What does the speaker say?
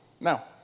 Now